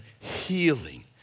healing